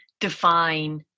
define